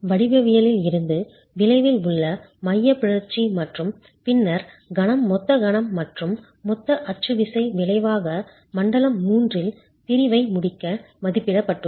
வடிவவியலில் இருந்து விளைவில் உள்ள eccentricity மைய பிறழ்ச்சி மற்றும் பின்னர் கணம் மொத்த கணம் மற்றும் மொத்த அச்சு விசை விளைவாக மண்டலம் 3 இல் பிரிவை முடிக்க மதிப்பிடப்பட்டுள்ளது